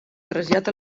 trasllat